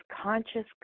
conscious